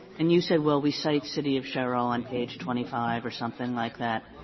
and you said, well, we cite city of sherrill on page twenty five or something like that.